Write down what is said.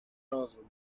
rozum